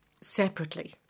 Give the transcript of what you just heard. separately